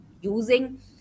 using